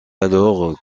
alors